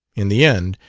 in the end,